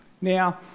Now